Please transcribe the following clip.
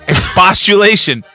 Expostulation